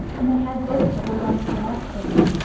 and they had both to hold on to the lamp-post.